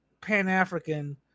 Pan-African